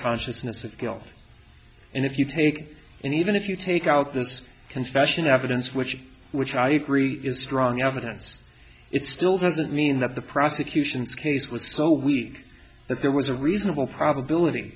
consciousness of guilt and if you take in even if you take out this confession evidence which which i agree is strong evidence it still doesn't mean that the prosecution's case was so weak that there was a reasonable probability